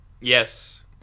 Yes